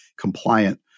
compliant